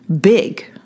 big